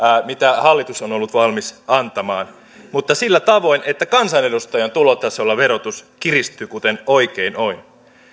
mitä hallitus on ollut valmis antamaan mutta sillä tavoin että kansanedustajan tulotasolla verotus kiristyy kuten oikein on